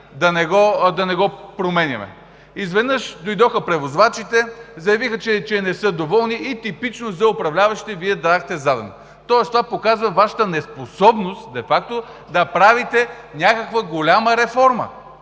да не го променяме. Изведнъж дойдоха превозвачите, заявиха, че не са доволни, и типично за управляващите Вие дадохте заден. Тоест това показва Вашата неспособност де факто да правите някаква голяма реформа.